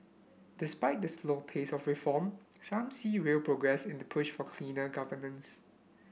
despite the slow pace of reform some see real progress in the push for cleaner governance